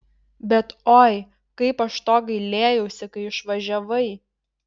bet oi kaip aš to gailėjausi kai išvažiavai